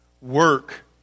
Work